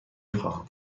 خواهم